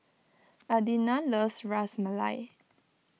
Adina loves Ras Malai